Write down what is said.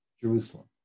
Jerusalem